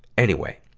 anyway!